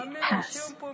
pass